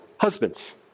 Husbands